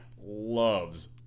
loves